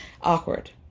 Awkward